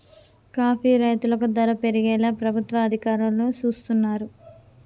coffee రైతులకు ధర పెరిగేలా ప్రభుత్వ అధికారులు సూస్తున్నారు